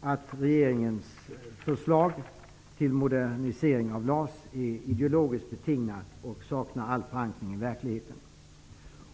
att regeringens förslag till modernisering av LAS är ideologiskt betingad och att det saknar all förankring i verkligheten.